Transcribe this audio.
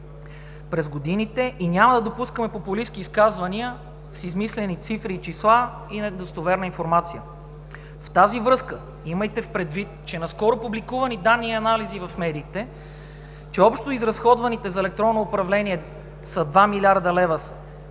през годините и няма да допускаме популистки изказвания с измислени цифри и числа и недостоверна информация. В тази връзка имайте предвид, че наскоро публикуваните данни и анализи в медиите, че общо изразходваните за електронно управление са два милиарда лева